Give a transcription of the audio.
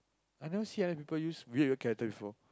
I never see any people use weird weird character before